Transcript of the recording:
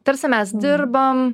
tarsi mes dirbam